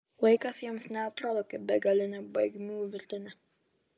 laikas jiems neatrodo kaip begalinė baigmių virtinė